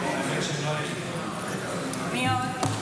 מי עוד?